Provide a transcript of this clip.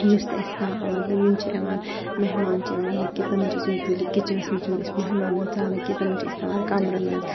یُس تہِ آسہِ کانٛہہ مطلب یِم چھِ یِوان میٚہمان چھِ یِوان یا کینٛہہ تِمَن چھِ أسۍ یوٗجؤلی کِچنَس منز چھِنہٕ أسۍ میٚہمانن ژانان کینٛہہ تِمَں چھِ أسۍ تھاوان کمرَن منز